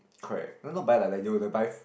correct no no buy like that they will